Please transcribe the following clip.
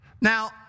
Now